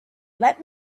let